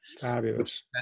Fabulous